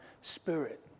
spirit